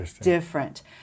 different